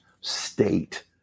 state